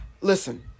listen